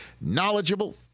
knowledgeable